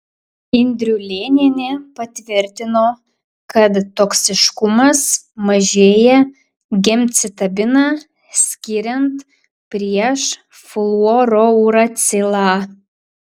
indriulėnienė patvirtino kad toksiškumas mažėja gemcitabiną skiriant prieš fluorouracilą